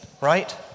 right